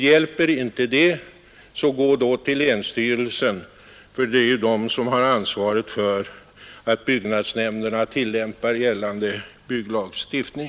Hjälper inte det, gå då till länsstyrelsen, som har ansvaret för att byggnadsnämnderna tillämpar gällande bygglagstiftning!